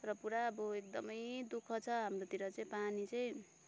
तर पुरा अब एकदमै दुःख छ हाम्रोतिर चाहिँ पानी चाहिँ